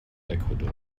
ecuador